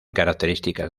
características